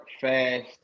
fast